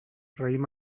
raïm